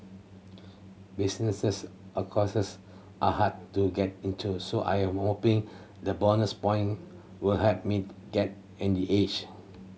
businesses a courses are hard to get into so I am hoping the bonus point will help me get any edge